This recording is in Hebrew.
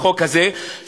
בחוק הזה,